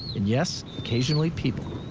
and, yes, occasionally people.